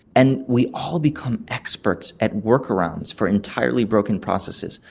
and we all become experts at work-arounds for entirely broken processes,